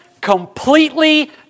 completely